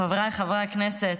חבריי חברי הכנסת,